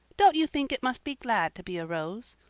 don't you think it must be glad to be a rose?